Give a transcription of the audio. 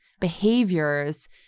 behaviors